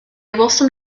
welsom